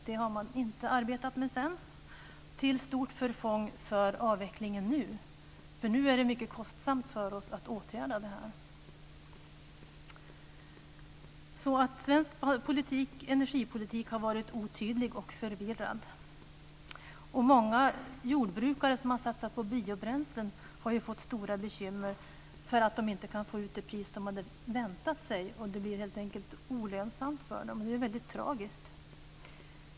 Det har man inte arbetat med sedan, till stort förfång för avvecklingen nu, för nu är det mycket kostsamt för oss att åtgärda detta. Svensk energipolitik har varit otydlig och förvirrad. Många jordbrukare som har satsat på biobränslen har fått stora bekymmer för att de inte kan få ut det pris de hade väntat sig. Det blir helt enkelt olönsamt för dem. Det är väldigt tragiskt.